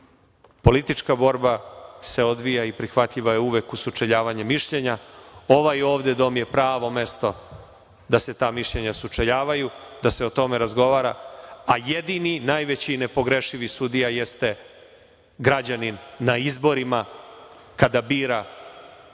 Politička borba se odvija i prihvatljiva je uvek u sučeljavanju mišljenja. Ovaj dom je pravo mesto da se ta mišljenja sučeljavaju, da se o tome razgovara, a jedini, najveći i nepogrešivi sudija je građanin na izborima kada bira